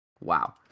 wow